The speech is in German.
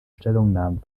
stellungnahmen